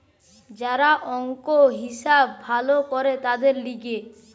যারা অংক, হিসাব ভালো করে তাদের লিগে